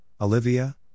Olivia